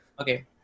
Okay